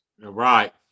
Right